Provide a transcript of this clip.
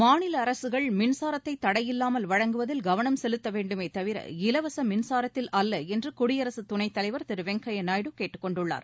மாநில அரசுகள் மின்சாரத்தை தடையில்லாமல் வழங்குவதில் கவனம் செலுத்த வேண்டுமே தவிர இலவச மின்சாரத்தில் அல்ல என்று குடியரசு துணைத் தலைவர் திரு வெங்கய்ய நாயுடு கேட்டுக் கொண்டுள்ளார்